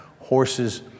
horses